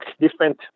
different